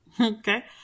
Okay